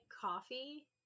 coffee